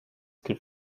could